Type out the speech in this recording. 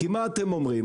כי מה אתם אומרים?